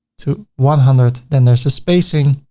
to one hundred, then there's the spacing.